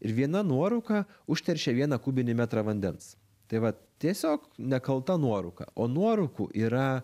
ir viena nuorūka užteršia vieną kubinį metrą vandens tai va tiesiog nekalta nuorūka o nuorūkų yra